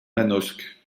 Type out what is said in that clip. manosque